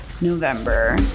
november